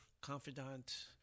confidant